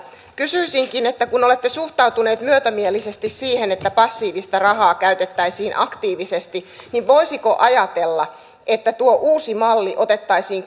kysyisinkin kun olette suhtautuneet myötämielisesti siihen että passiivista rahaa käytettäisiin aktiivisesti niin voisiko ajatella että tuo uusi malli otettaisiin